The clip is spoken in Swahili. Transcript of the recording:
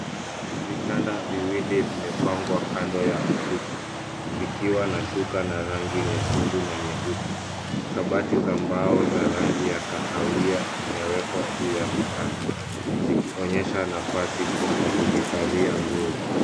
Vitanda viwili vimepangwa kando ya ukuta. Vikiwa na shuka na rangi nyekundu na nyeupe. Kabati za mbao za rangi ya kahawia zimewekwa juu ya vitanda. Zikionyesha nafasi ya kuhifadhia nguo.